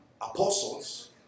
apostles